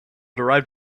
derived